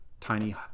tiny